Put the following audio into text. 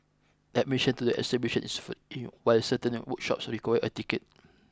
admission to the exhibition is free while certain workshops require a ticket